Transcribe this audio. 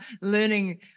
learning